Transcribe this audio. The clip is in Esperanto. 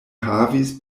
havis